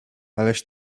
aleś